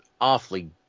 awfully